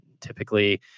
typically